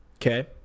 Okay